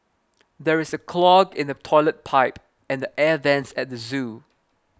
there is a clog in the Toilet Pipe and the Air Vents at the zoo